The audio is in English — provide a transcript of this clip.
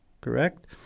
Correct